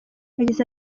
yagize